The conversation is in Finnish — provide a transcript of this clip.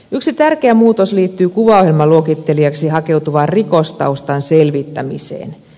yksi tärkeä muutos liittyy kuvaohjelman luokittelijaksi hakeutuvan rikostaustan selvittämiseen